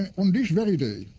on this very day,